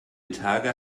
tage